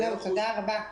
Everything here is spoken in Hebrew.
תודה רבה.